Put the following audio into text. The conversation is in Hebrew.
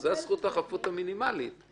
זאת זכות החפות המינימלית.